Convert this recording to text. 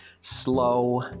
slow